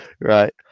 Right